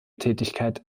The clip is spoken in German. tätigkeit